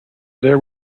there